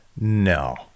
no